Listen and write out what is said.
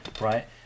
right